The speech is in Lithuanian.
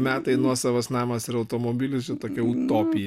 metai nuosavas namas ir automobilis čia tokia utopija